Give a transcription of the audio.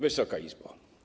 Wysoka Izbo!